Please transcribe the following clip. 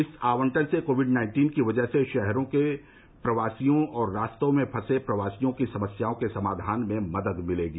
इस आवंटन से कोविड नाइन्टीन की वजह से शहरों के प्रवासियों और रास्तों में फंसे प्रवासियों की समस्याओं के समाधान में मदद मिलेगी